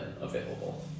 available